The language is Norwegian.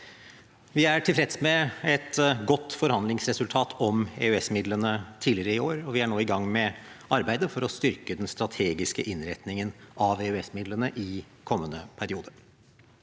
Vi er tilfreds med et godt forhandlingsresultat om EØS-midlene tidligere i år, og vi er nå i gang med arbeidet for å styrke den strategiske innretningen av EØS-midlene i kommende periode.